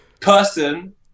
person